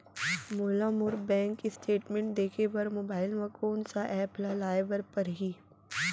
मोला मोर bank statement देखे बर मोबाइल मा कोन सा एप ला लाए बर परही?